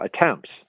attempts